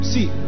See